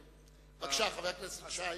בבקשה, חבר הכנסת שי.